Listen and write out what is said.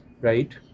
right